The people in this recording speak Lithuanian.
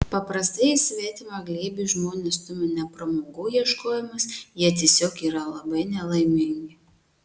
paprastai į svetimą glėbį žmones stumia ne pramogų ieškojimas jie tiesiog yra labai nelaimingi